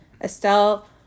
Estelle